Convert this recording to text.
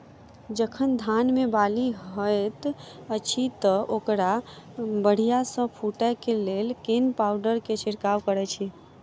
जखन धान मे बाली हएत अछि तऽ ओकरा बढ़िया सँ फूटै केँ लेल केँ पावडर केँ छिरकाव करऽ छी?